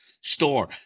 store